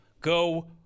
go